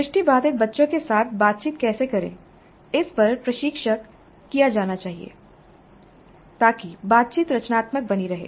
दृष्टिबाधित बच्चों के साथ बातचीत कैसे करें इस पर प्रशिक्षित किया जाना चाहिए ताकि बातचीत रचनात्मक बनी रहे